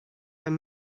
have